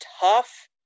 tough